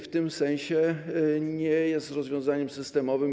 W tym sensie nie jest to rozwiązanie systemowe.